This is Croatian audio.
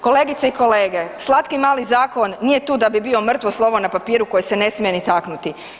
Kolegice i kolege, slatki mali zakon, nije tu da bi bio mrtvo slovo na papiru koji se ne smije ni taknuti.